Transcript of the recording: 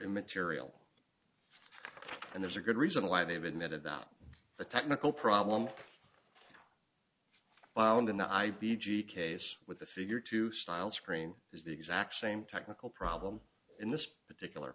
immaterial and there's a good reason why they've admitted that the technical problem wound in the i p g case with the figure two styles screen is the exact same technical problem in this particular